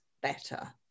better